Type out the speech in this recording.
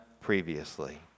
previously